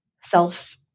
self